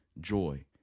joy